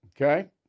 Okay